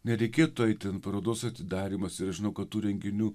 nereikėtų itin parodos atidarymas ir žinau kad tų renginių